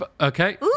Okay